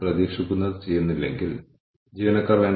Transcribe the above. ഇതാണ് അടിസ്ഥാന IPO scorecard